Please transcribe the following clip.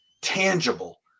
tangible